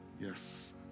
yes